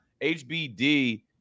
HBD